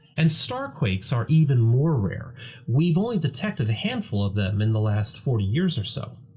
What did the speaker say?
and starquakes are even more rare we've only detected a handful of them in the last forty years or so.